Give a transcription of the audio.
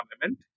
parliament